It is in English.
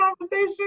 conversation